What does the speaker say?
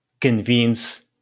convince